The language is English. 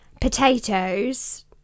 potatoes